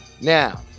Now